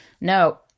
No